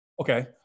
Okay